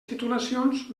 titulacions